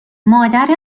مادر